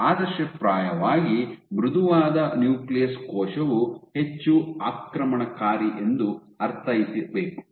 ಆದರ್ಶಪ್ರಾಯವಾಗಿ ಮೃದುವಾದ ನ್ಯೂಕ್ಲಿಯಸ್ ಕೋಶವು ಹೆಚ್ಚು ಆಕ್ರಮಣಕಾರಿ ಎಂದು ಅರ್ಥೈಸಬೇಕು